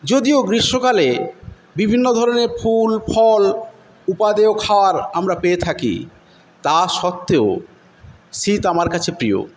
যদিও গ্রীষ্মকালে বিভিন্ন ধরনের ফুলফল উপাদেয় খাওয়ার আমরা পেয়ে থাকি তা সত্ত্বেও শীত আমার কাছে প্রিয়